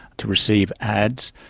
to receive ads,